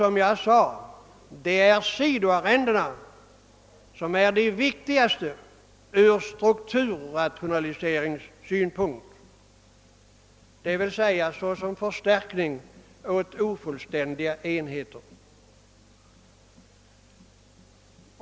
Som jag sade är det sidoarrendena som är de viktigaste ur strukturrationaliseringssynpunkt, d.v.s. såsom förstärkning åt ofullständiga enheter.